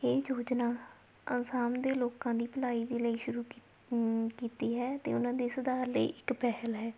ਇਹ ਯੋਜਨਾ ਅਸਾਮ ਦੇ ਲੋਕਾਂ ਦੀ ਭਲਾਈ ਦੇ ਲਈ ਸ਼ੁਰੂ ਕੀ ਕੀਤੀ ਹੈ ਅਤੇ ਉਹਨਾਂ ਦੇ ਸੁਧਾਰ ਲਈ ਇੱਕ ਪਹਿਲ ਹੈ